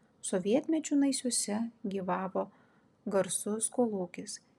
sovietmečiu naisiuose gyvavo garsus kolūkis